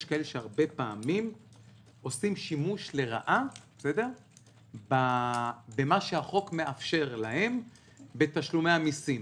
שהרבה פעמים עושים שימוש לרעה במה שהחוק מאפשר להם בתשלומי המסים,